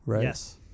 Yes